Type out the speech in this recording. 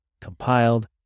compiled